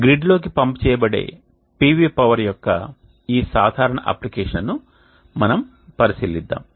గ్రిడ్లోకి pump చేయబడే PV power యొక్క ఈ సాధారణ అప్లికేషన్ను మనం పరిశీలిద్దాం